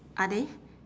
are they